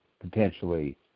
potentially